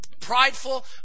prideful